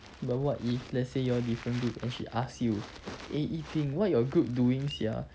well what if let's say you all different group and she ask you eh yi ting what your group doing sia